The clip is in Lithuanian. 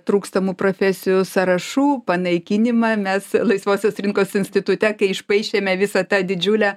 trūkstamų profesijų sąrašų panaikinimą mes laisvosios rinkos institute kai išpaišėme visą tą didžiulę